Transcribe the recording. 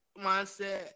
mindset